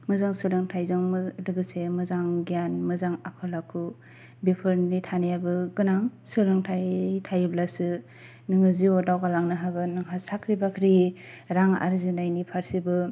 मोजां सोलोंथायजों लोगोसे मोजां गियान मोजां आखल आखु बेफोरनि थानायाबो गोनां सोलोंथाय थायोब्लासो नोङो जिवाव दावगालानो हागोन नोंहा साक्रि बाख्रि रां आरजिनायनि फारसेबो